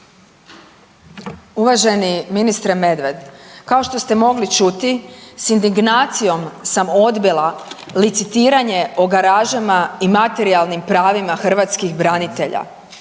Uvaženi ministre Medved, kao što ste mogli čuti s indignacijom sam odbila licitiranje o garažama i materijalnim pravima hrvatskih branitelja.